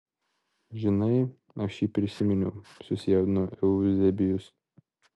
žinai aš jį prisiminiau susijaudino euzebijus